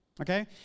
Okay